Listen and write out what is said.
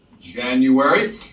January